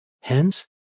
Hence